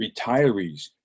retirees